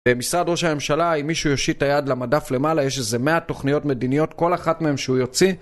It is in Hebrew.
במשרד ראש הממשלה, אם מישהו יושיט את היד למדף למעלה, יש איזה 100 תוכניות מדיניות, כל אחת מהן שהוא יוציא